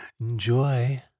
Enjoy